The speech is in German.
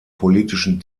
politischen